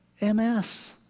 MS